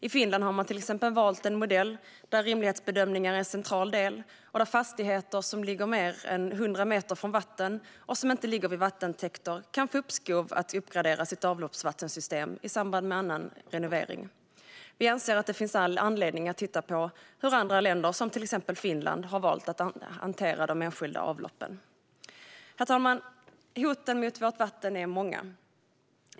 I Finland har man till exempel valt en modell där rimlighetsbedömningar är en central del och där fastigheter som ligger mer än 100 meter från vatten och som inte ligger vid vattentäkter kan få uppskov med att uppgradera sitt avloppsvattensystem i samband med annan renovering. Vi anser att det finns all anledning att titta på hur andra länder, till exempel Finland, har valt att hantera de enskilda avloppen. Herr talman! Hoten mot vårt vatten är många.